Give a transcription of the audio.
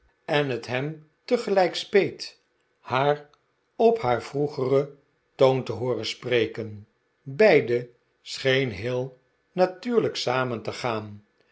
en het hem tegelijk speet haar w maarten chuzzlewit op haar vroegeren toon te hooren spreken beide scheen heel natuurlijk samen te gaan